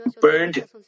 burned